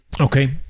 Okay